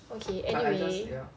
okay anyway